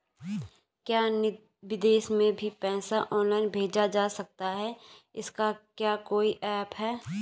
क्या विदेश में भी पैसा ऑनलाइन भेजा जा सकता है इसका क्या कोई ऐप है?